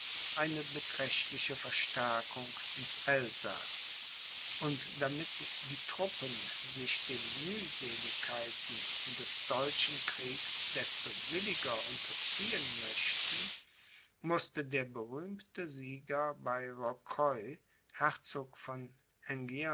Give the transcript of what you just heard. eine beträchtliche verstärkung ins elsaß und damit die truppen sich den mühseligkeiten des deutschen kriegs desto williger unterziehen möchten mußte der berühmte sieger bei rocroy herzog von